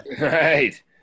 Right